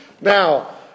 now